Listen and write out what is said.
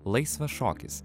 laisvas šokis